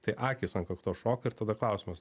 tai akys ant kaktos šoka ir tada klausimas